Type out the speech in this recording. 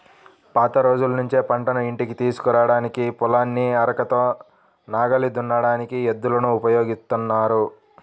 పాత రోజుల్నుంచే పంటను ఇంటికి తీసుకురాడానికి, పొలాన్ని అరకతో నాగలి దున్నడానికి ఎద్దులను ఉపయోగిత్తన్నారు